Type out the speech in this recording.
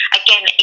again